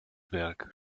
werk